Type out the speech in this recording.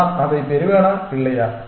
நான் அதைப் பெறுவேனா இல்லையா